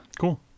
Cool